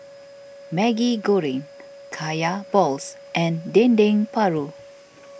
Maggi Goreng Kaya Balls and Dendeng Paru